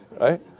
right